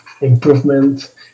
improvement